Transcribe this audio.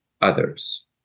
Others